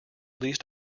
least